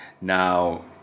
now